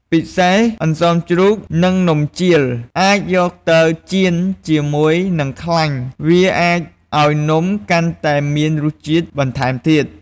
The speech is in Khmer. ពិសេសអន្សមជ្រូក និងនំជៀលអាចយកវាទៅចៀនជាមួយនឹងខ្លាញ់ វាអាចឱ្យនំកាន់តែមានរស់ជាតិបន្ថែមទៀត។